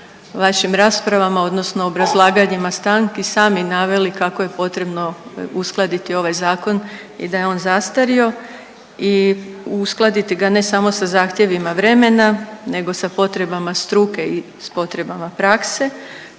vašim raspravama odnosno obrazlaganjima stanku sami naveli kako je potrebno uskladiti ovaj Zakon i da je on zastario i uskladiti ga, ne samo za zahtjevima vremena nego sa potrebama struke i s potrebama prakse